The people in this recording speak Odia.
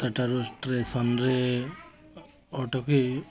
ତା'ଠାରୁ ଷ୍ଟେସନରେ ଅଟୋ କି